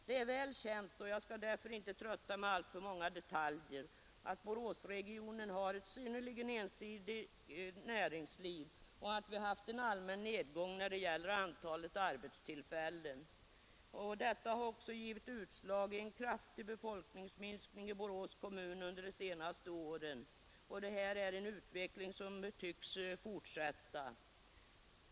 Det är väl känt — och jag skall därför Torsdagen den inte trötta med alltför många detaljer — att Boråsregionen har ett 16 maj 1974 synnerligen ensidigt näringsliv och att vi har haft en allmän nedgång när det gäller antalet arbetstillfällen. Detta har också givit utslag i en kraftig befolkningsminskning i Borås kommun under de senaste åren, och detta är en utveckling som tycks fortsätta.